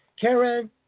Karen